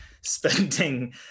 spending